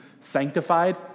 sanctified